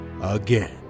again